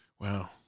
Wow